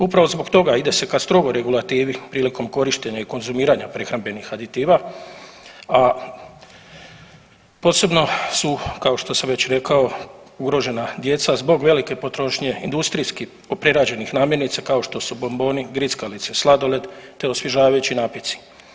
Upravo zbog toga ide se ka strogoj regulativi prilikom korištenja i konzumiranja prehrambenih aditiva, a posebno su kao što sam već rekao ugrožena djeca zbog velike potrošnje industrijski prerađenih namirnica kao što su bomboni, grickalice, sladoled te osvježavajući napici.